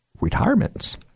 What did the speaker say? retirements